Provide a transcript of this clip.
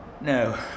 No